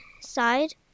side